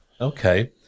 Okay